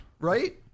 Right